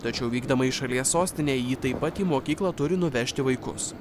tačiau vykdama į šalies sostinę ji taip pat į mokyklą turi nuvežti vaikus